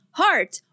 heart